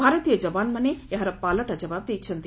ଭାରତୀୟ ଯବାନମାନେ ଏହାର ପାଲଟା ଜବାବ୍ ଦେଇଛନ୍ତି